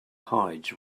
hides